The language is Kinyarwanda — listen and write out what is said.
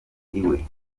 iwe